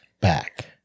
back